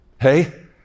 hey